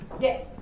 yes